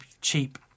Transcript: cheap